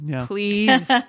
Please